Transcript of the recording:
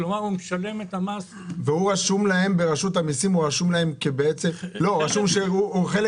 כלומר הוא משלם את המס --- ברשות המיסים רשום שהוא חלק